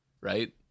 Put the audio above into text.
right